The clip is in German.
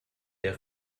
der